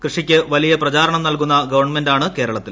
കൃഷിക്ക് വലിയ പ്രചാരണം നൽകുന്ന ഗവൺമെന്റാണ് കേരളത്തിൽ